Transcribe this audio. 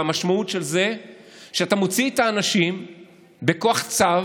והמשמעות של זה היא שאתה מוציא את האנשים בכוח צו